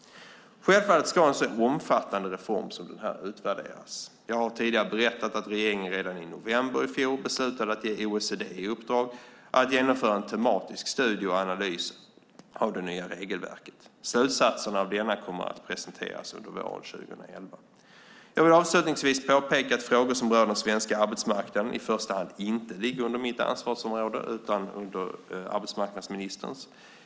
Självfallet ska en så omfattande reform som den här utvärderas. Jag har tidigare berättat att regeringen redan i november i fjol beslutade att ge OECD i uppdrag att genomföra en tematisk studie och analys av det nya regelverket. Slutsatserna av denna kommer att presenteras under våren 2011. Jag vill avslutningsvis påpeka att frågor som rör den svenska arbetsmarknaden i första hand inte ligger under mitt ansvarsområde utan under arbetsmarknadsministerns.